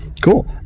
cool